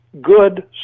good